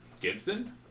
Gibson